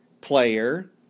player